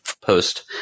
post